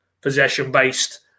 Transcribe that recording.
possession-based